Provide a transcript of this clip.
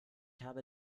habe